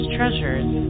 Treasures